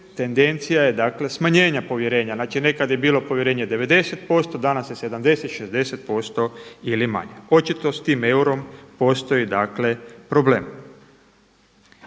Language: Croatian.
tendencija je smanjenja povjerenja. Znači nekada je bilo povjerenje 90%, danas je 70, 60% ili manje. Očito s tim eurom postoji problem.